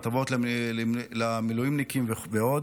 הטבות למילואימניקים ועוד.